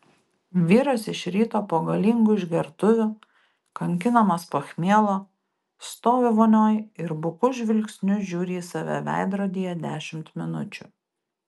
vyras iš ryto po galingų išgertuvių kankinamas pachmielo stovi vonioj ir buku žvilgsniu žiūri į save veidrodyje dešimt minučių